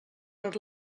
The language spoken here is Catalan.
per